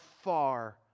far